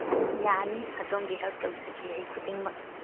ꯌꯥꯅꯤ ꯑꯗꯣꯝꯒꯤ ꯍꯦꯜꯞ ꯇꯧꯖꯒꯦ ꯑꯩ ꯈꯨꯗꯤꯡꯃꯛ